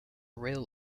rail